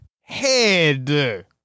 Head